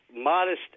modest